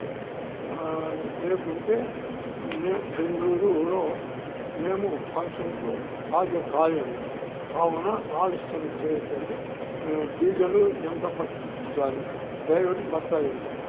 లేకుంటే మే బెంగళూరులో మేము ఫంక్షన్కు హాజరు కాలేము కావున ఆలస్యం చేయొద్దండి డీజల్ ఎంత పట్టించాలి డ్రైవర్కి బత్తా ఎంత